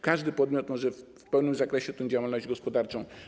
Każdy podmiot może w pełnym zakresie prowadzić tę działalność gospodarczą.